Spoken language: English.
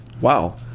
Wow